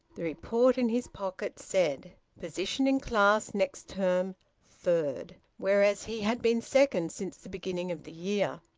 the report in his pocket said position in class next term third whereas he had been second since the beginning of the year.